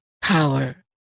power